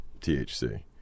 THC